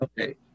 okay